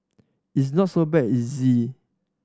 it's not so bad it's easy